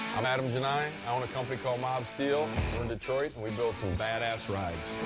i'm adam genei, i own a company called mobsteel, we're in detroit, and we build some badass rides.